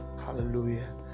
Hallelujah